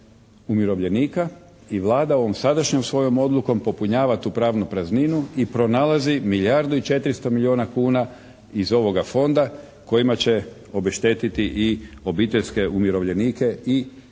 umirovljenika. I Vlada ovom sadašnjom svojom odlukom popunjava tu pravnu prazninu i pronalazi milijardu i 400 milijuna kuna iz ovoga Fonda kojima će obeštetiti i obiteljske umirovljenike i limitirane,